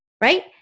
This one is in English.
right